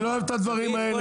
אני לא אוהב את הדברים האלה.